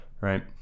right